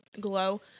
GLOW